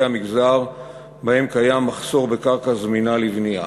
המגזר שבהם יש מחסור בקרקע זמינה לבנייה.